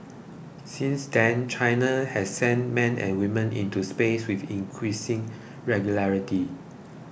since then China has sent men and women into space with increasing regularity